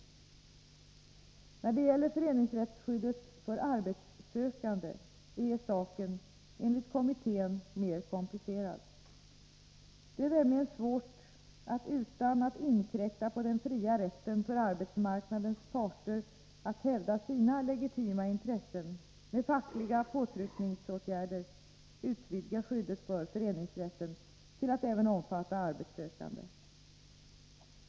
/ enskilda personers När det gäller föreningsrättsskyddet för arbetssökande är saken enligt integritet, såvitt avkommittén mer komplicerad. Det är nämligen svårt att utan att inkräkta på sermedbestämden fria rätten för arbetsmarknadens parter att hävda sina legitima intressen mandelagstift med fackliga påtryckningsåtgärder utvidga skyddet för föreningsrätten till att även omfatta arbetssökande.